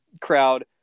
crowd